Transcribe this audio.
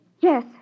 Yes